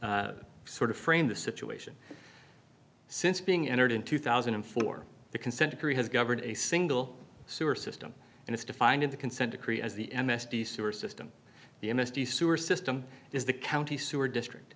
sort of frame the situation since being entered in two thousand and four the consent decree has governed a single sewer system and it's defined in the consent decree as the m s d sewer system the m s t sewer system is the county sewer district